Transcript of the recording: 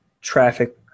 traffic